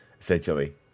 essentially